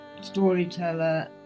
storyteller